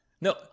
No